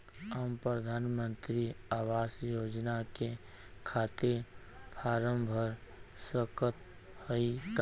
हम प्रधान मंत्री आवास योजना के खातिर फारम भर सकत हयी का?